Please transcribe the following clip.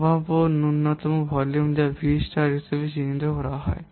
সম্ভাব্য ন্যূনতম ভলিউম যা V স্টার হিসাবে চিহ্নিত করা হয়